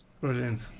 Brilliant